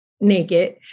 naked